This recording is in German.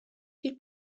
viel